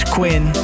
Quinn